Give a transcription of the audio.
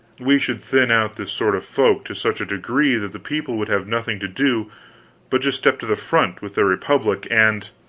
we should thin out this sort of folk to such a degree that the people would have nothing to do but just step to the front with their republic and